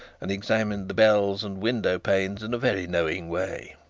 and examined the bells and window panes in a very knowing way.